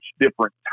different